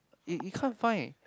you you can't find